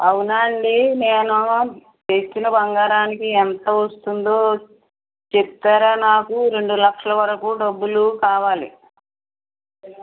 అవునండి నేను తెచ్చిన బంగారానికి ఎంత వస్తుందో చెప్తారా నాకు రెండు లక్షలు వరకు డబ్బులు కావాలి